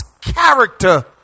character